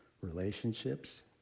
relationships